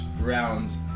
rounds